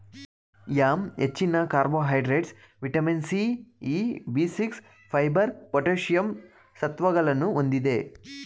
yam ಹೆಚ್ಚಿನ carbohydrates, vitamin C, E, B six, fibre, potassium ಸತ್ವಗಳನ್ನು ಹೊಂದಿದೆ